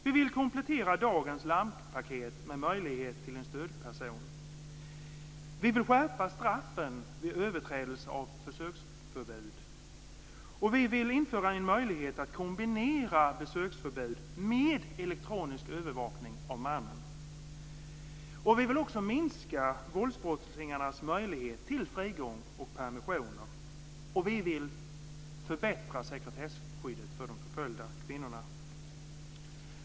Vi vill komplettera dagens larmpaket med möjlighet till en stödperson. Vi vill skärpa straffen vid överträdelse av besöksförbud. Vi vill införa en möjlighet att kombinera besöksförbud med elektronisk övervakning av mannen. Vi vill också minska våldsbrottslingarnas möjlighet till frigång och permission. Vi vill förbättra sekretesskyddet för de förföljda kvinnorna.